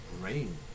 brain